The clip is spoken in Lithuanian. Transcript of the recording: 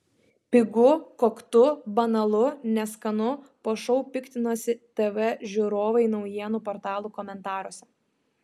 pigu koktu banalu neskanu po šou piktinosi tv žiūrovai naujienų portalų komentaruose